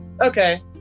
Okay